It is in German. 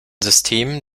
system